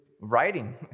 writing